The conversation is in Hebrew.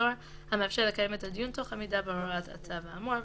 הסוהר המאפשר לקיים את הדיון תוך עמידה בהוראות הצו האמור.